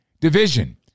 division